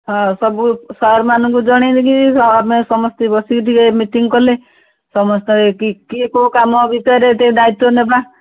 ହଁ ସବୁ ସାର୍ମାନଙ୍କୁ ଜଣେଇକି ଆମେ ସମସ୍ତେ ବସିକି ଟିକେ ମିଟିଂ କଲେ ସମସ୍ତେ କିଏ କିଏ କୋଉ କାମ ଭିତରେ ଟିକେ ଦାୟିତ୍ୱ ନେବା